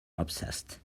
obsessed